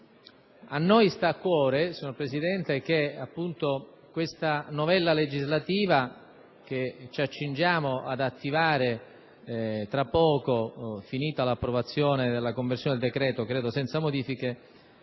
A noi sta a cuore, signor Presidente, che questa novella legislativa che ci accingiamo ad attivare tra poco, terminata la conversione del decreto, credo senza modifiche,